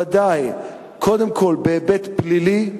קודם כול בהיבט הפלילי.